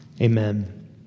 Amen